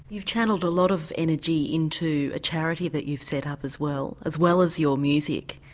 you've channelled a lot of energy into a charity that you've set up as well, as well as your music.